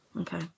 okay